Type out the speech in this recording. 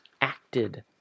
acted